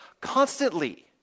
constantly